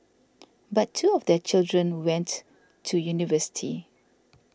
but two of their children went to university